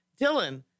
Dylan